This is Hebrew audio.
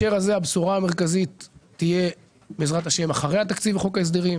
הבשורה המרכזית בהקשר הזה תהיה אחרי התקציב וחוק ההסדרים.